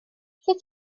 sut